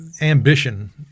ambition